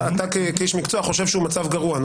אתה כאיש מקצוע חושב שהוא מצב גרוע.